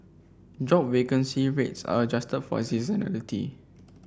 job vacancy rates are adjusted for seasonality